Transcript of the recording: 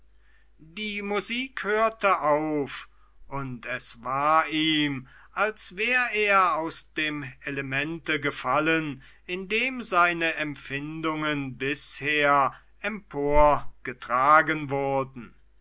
die musik hörte auf und es war ihm als wär er aus dem elemente gefallen in dem seine empfindungen bisher emporgetragen wurden